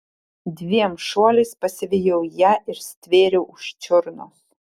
dviem šuoliais pasivijau ją ir stvėriau už čiurnos